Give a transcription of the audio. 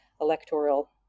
electoral